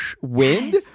wind